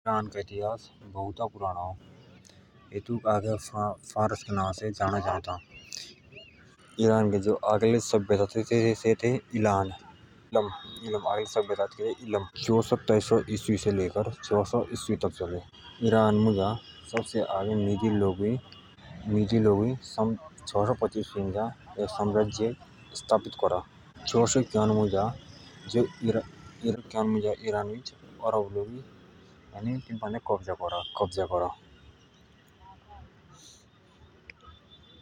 ईरान का इतिहास बोउता पुराणा अ एतुक आगे फारस के नाअ से जाता जाअ ते ईरान के जो आगले सभ्यता ते से ते ईलम जो सताइश सो ईसुइ पूर्व से छः स ईसा पूर्व तक ते ईरान मुझ छः स पचिस मुझ एक साम्राज्य स्थापित करा छः स इक्यावन मुझ अरब लोगुइ इन पान्दे कब्जा करा।